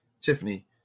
Tiffany